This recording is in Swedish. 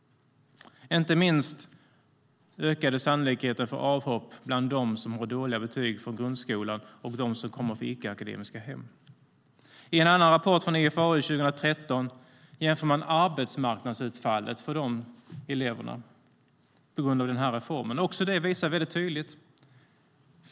Inte minst ökade sannolikheten för avhopp bland dem som har dåliga betyg från grundskolan och dem som kommer från icke-akademiska hem.I en annan rapport från IFAU 2013 jämförs arbetsmarknadsutfallet för de eleverna på grund av den här reformen. Också den rapporten är tydlig.